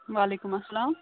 وعلیکُم اَلسلام